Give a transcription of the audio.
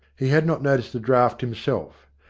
he had not noticed a draught him self.